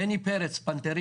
בני פרץ, פנתרים